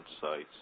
sites